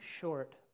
short